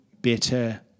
better